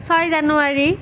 ছয় জানুৱাৰী